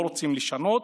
לא רוצים לשנות,